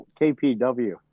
kpw